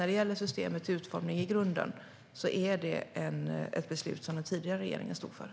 När det gäller systemets utformning i grunden är det alltså ett beslut som den tidigare regeringen fattade.